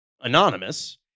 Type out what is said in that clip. anonymous